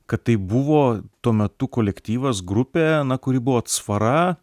kad tai buvo tuo metu kolektyvas grupė na kuri buvo atsvara